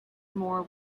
more